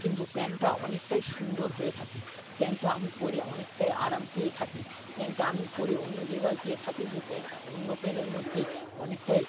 কিন্তু প্যান্টটা অনেকটাই সুন্দর হয়ে থাকে প্যান্টটা আমি পরে অনেকটাই আরাম পেয়ে থাকি প্যান্টটা আমি পরে অন্য জায়গাও গিয়ে থাকি যে প্যান্ট অন্য প্যান্টের মধ্যে অনেকটাই